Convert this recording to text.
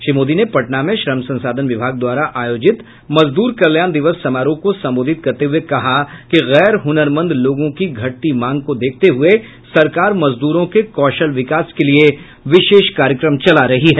श्री मोदी ने पटना में श्रम संसाधन विभाग द्वारा आयोजित मजदूर कल्याण दिवस समारोह को संबोधित करते हये कहा कि गैर हुनरमंद लोगों की घटती मांग को देखते हुये सरकार मजदूरों के कौशल विकास के लिए विशेष कार्यक्रम चला रही है